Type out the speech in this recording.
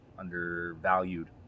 undervalued